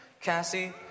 Cassie